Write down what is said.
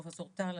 פרופ' טל,